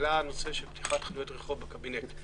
שעלה הנושא של פתיחת חנויות רחוב בקבינט,